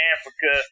Africa